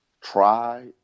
try